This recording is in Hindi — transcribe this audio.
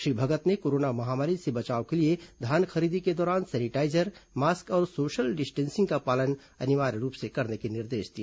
श्री भगत ने कोरोना महामारी से बचाव के लिए धान खरीदी के दौरान सैनिटाईजर मास्क और सोशल डिस्टेंसिंग का पालन अनिवार्य रूप से करने के निर्देश दिए